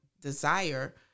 desire